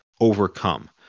overcome